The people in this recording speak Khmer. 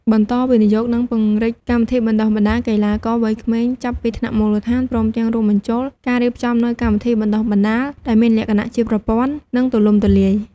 បន្តវិនិយោគ និងពង្រីកកម្មវិធីបណ្តុះបណ្តាលកីឡាករវ័យក្មេងចាប់ពីថ្នាក់មូលដ្ឋាន ព្រមទាំងរួមបញ្ចូលការរៀបចំនូវកម្មវិធីបណ្តុះបណ្តាលដែលមានលក្ខណៈជាប្រព័ន្ធ និងទូលំទូលាយ។